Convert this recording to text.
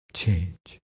change